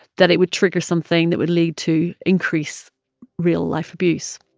that it would trigger something that would lead to increase real-life abuse.